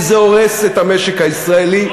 כי זה הורס את המשק הישראלי,